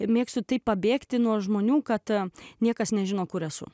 mėgstu taip pabėgti nuo žmonių kad niekas nežino kur esu